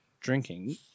drinking